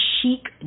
chic